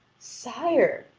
sire,